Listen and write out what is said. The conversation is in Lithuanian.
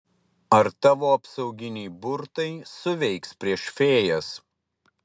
ar tavo apsauginiai burtai suveiks prieš fėjas